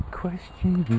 question